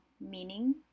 meaning